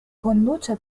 conduce